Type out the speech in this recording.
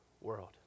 world